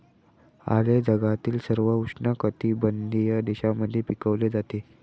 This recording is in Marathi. आले हे जगातील सर्व उष्णकटिबंधीय देशांमध्ये पिकवले जाते